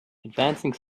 advancing